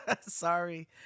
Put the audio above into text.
sorry